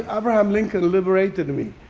ah abraham lincoln liberated me,